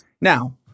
Now